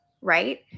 right